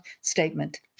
statement